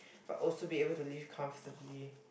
but also to be able to live comfortably